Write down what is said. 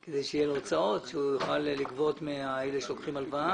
כדי שיהיו לו הוצאות והוא יוכל לגבות מאלה שלוקחים הלוואה?